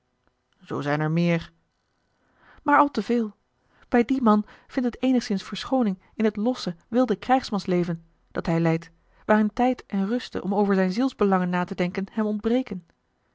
zoo zijn er meer maar al te veel bij dien man vindt het eenigszins verschooning in het losse wilde krijgsmansleven dat hij leidt waarin tijd en ruste om over zijne zielsbelangen na te denken hem ontbreken